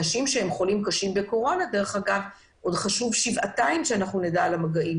אנשים שהם חולים בקורונה עוד חשוב שבעתיים שנדע על המגעים